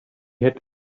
had